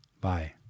Bye